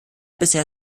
bisher